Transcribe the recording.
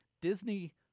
Disney